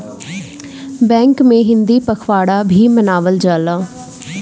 bank में हिंदी पखवाड़ा भी मनावल जाला